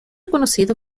conocido